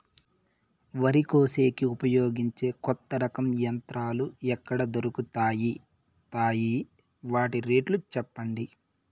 వరి కోసేకి ఉపయోగించే కొత్త రకం యంత్రాలు ఎక్కడ దొరుకుతాయి తాయి? వాటి రేట్లు చెప్పండి?